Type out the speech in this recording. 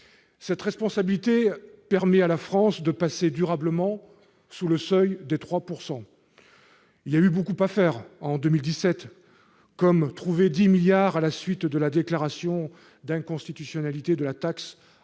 Cette responsabilité permet à la France de passer durablement sous le seuil de 3 %. Il y a eu beaucoup à faire en 2017, par exemple trouver 10 milliards d'euros à la suite de la déclaration d'inconstitutionnalité de la taxe